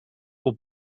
will